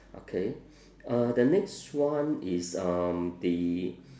okay uh the next one is um the